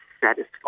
satisfied